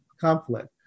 conflict